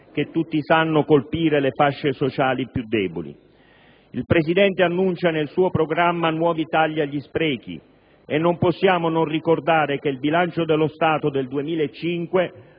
che tutti sanno colpire le fasce sociali più deboli. Il Presidente annuncia nel suo programma nuovi tagli agli sprechi e non possiamo non ricordare che il bilancio dello Stato del 2005